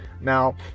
Now